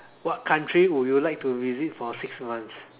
what country would you like to visit for six months